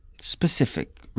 specific